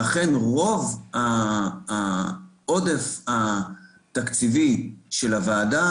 שאכן רוב העודף התקציבי של הוועדה,